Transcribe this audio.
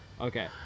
Okay